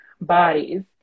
bodies